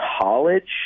college